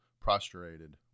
prostrated